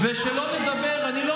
ושלא לדבר, אין לך מה לענות.